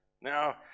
Now